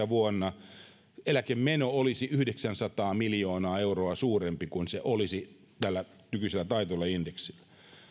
vuonna kaksituhattakolmekymmentä eläkemeno olisi yhdeksänsataa miljoonaa euroa suurempi kuin se olisi tällä nykyisellä taitetulla indeksillä